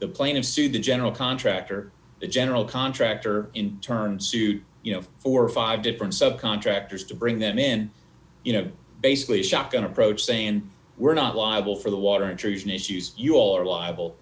the plane of sued the general contractor the general contractor in turn sued you know four or five different subcontractors to bring them in you know basically a shotgun approach saying we're not liable for the water intrusion issues you are liable